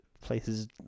places